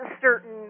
certain